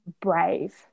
brave